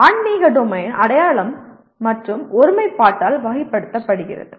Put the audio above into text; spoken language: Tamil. ஆன்மீக டொமைன் அடையாளம் மற்றும் ஒருமைப்பாட்டால் வகைப்படுத்தப்படுகிறது